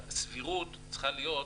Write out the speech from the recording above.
הסבירות צריכה להיות,